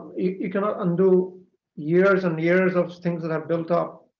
you cannot undo years and years of things that have built up